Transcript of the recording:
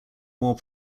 more